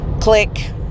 Click